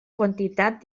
quantitat